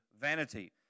vanity